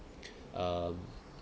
um